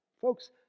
Folks